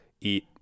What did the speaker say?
eat